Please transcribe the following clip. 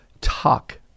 talk